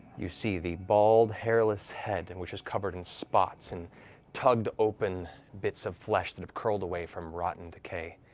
you see the bald, hairless head, and which is covered in spots and tugged open, bits of flesh that have curled away from rotten decay.